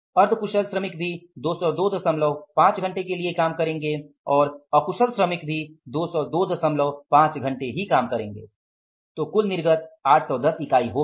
अर्ध कुशल लोग भी 2025 घंटे के लिए काम करेंगे और अकुशल लोग भी 2025 घंटे काम करेंगे तो कुल निर्गत 810 इकाई होगा